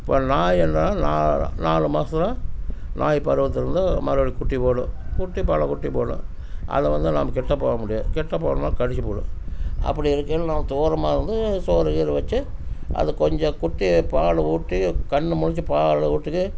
இப்போ நாய் இருந்துதுன்னால் நாலு மாசத்தில் நாய் பருவத்திலிருந்து மறுபடியும் குட்டி போடும் குட்டி பல குட்டி போடும் அதை வந்து நாம் கிட்ட போக முடியாது கிட்டப் போனால் கடித்துப்புடும் அப்படி இருக்கையில் நமக்குத் தூரமாக இருந்து சோறு கீறு வச்சு அது கொஞ்சம் குட்டி பால் ஊட்டி கண் முழித்து பால் ஊட்டி